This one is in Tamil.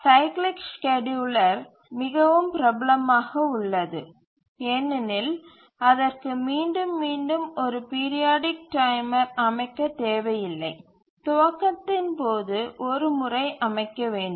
சைக்கிளிக் ஸ்கேட்யூலர் மிகவும் பிரபலமாக உள்ளது ஏனெனில் அதற்கு மீண்டும் மீண்டும் ஒரு பீரியாடிக் டைமர் அமைக்க தேவையில்லை துவக்கத்தின் போது ஒரு முறை அமைக்க வேண்டும்